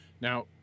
Now